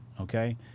okay